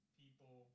people